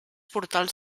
portals